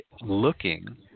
looking